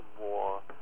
more